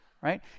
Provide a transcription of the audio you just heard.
right